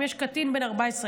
אם יש קטין בן 14,